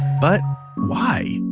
but. why?